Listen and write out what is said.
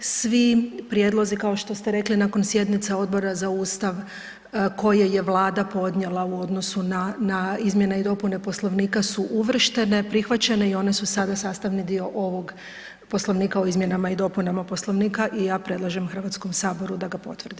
Svi prijedlozi kao što ste rekli, nakon sjednica Odbora za Ustav koje je Vlada podnijela u odnosu na izmjene i dopune Poslovnika su uvrštene, prihvaćene i one su sada sastavni dio ovog Poslovnika o izmjenama i dopunama Poslovnika i ja predlažem Hrvatskom saboru da ga potvrdi.